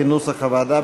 כנוסח הוועדה,